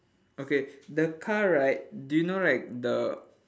okay the car right do you know right the